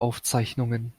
aufzeichnungen